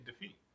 defeat